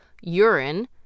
urine